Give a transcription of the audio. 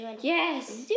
Yes